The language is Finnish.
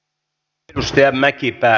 edustaja mäkipää